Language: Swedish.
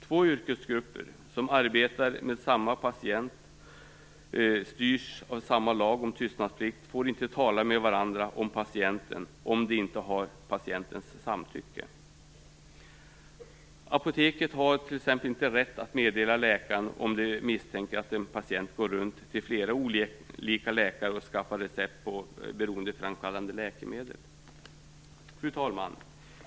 Två yrkesgrupper som arbetar med samma patient och styrs av samma lag om tystnadsplikt får inte tala med varandra om patienten om de inte har patientens samtycke. Apoteket har t.ex. inte rätt att meddela läkaren om de misstänker att en patient går runt till flera olika läkare och skaffar recept på beroendeframkallande läkemedel. Fru talman!